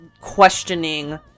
questioning